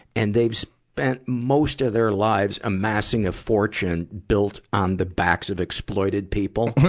and they've spent most of their lives amassing a fortune built on the backs of exploited people.